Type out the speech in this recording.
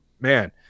man